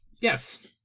yes